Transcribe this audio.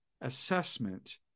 assessment